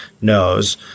knows